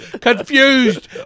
confused